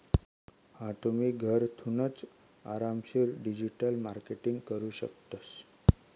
हा तुम्ही, घरथूनच आरामशीर डिजिटल मार्केटिंग करू शकतस